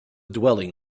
dwelling